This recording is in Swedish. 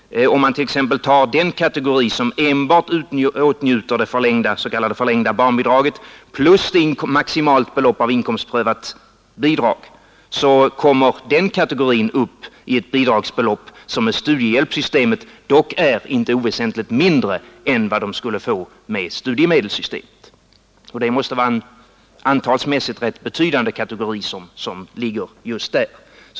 Om man t.ex. tar den kategori som enbart åtnjuter det s.k. förlängda barnbidraget plus maximalt belopp av inkomstprövat bidrag, finner man att den kategorin kommer upp i ett bidragsbelopp som enligt studiehjälpssystemet är inte oväsentligt mindre än det som skulle utgått enligt studiemedelssystemet. Det måste vara en antalsmässigt rätt betydande kategori som ligger just där.